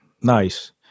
Nice